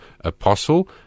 apostle